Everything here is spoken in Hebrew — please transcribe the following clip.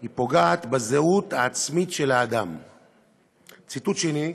היא פוגעת בזהות העצמית של האדם"; ציטוט שני: